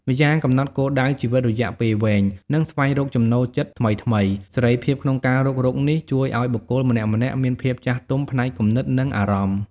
ម្យ៉ាងកំណត់គោលដៅជីវិតរយៈពេលវែង និងស្វែងរកចំណូលចិត្តថ្មីៗ។ សេរីភាពក្នុងការរុករកនេះ ជួយឱ្យបុគ្គលម្នាក់ៗមានភាពចាស់ទុំផ្នែកគំនិត និងអារម្មណ៍។